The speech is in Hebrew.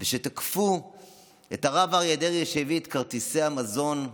שתקפו את הרב אריה דרעי שהביא את כרטיסי המזון לאזרחים,